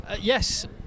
Yes